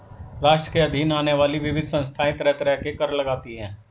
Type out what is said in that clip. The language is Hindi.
राष्ट्र के अधीन आने वाली विविध संस्थाएँ तरह तरह के कर लगातीं हैं